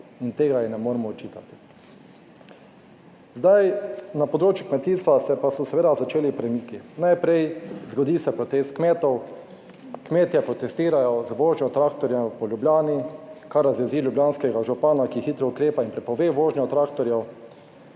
in tega ji ne moremo očitati. Na področju kmetijstva se pa so seveda začeli premiki, najprej zgodi se protest kmetov, kmetje protestirajo z vožnjo traktorjev po Ljubljani, kar razjezi ljubljanskega župana, ki hitro ukrepa in prepove vožnjo traktorjev.